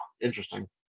interesting